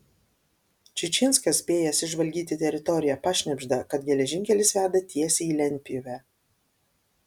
čičinskas spėjęs išžvalgyti teritoriją pašnibžda kad geležinkelis veda tiesiai į lentpjūvę